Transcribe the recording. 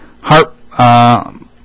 Harp